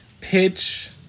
Pitch